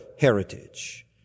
heritage